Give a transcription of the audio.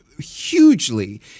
hugely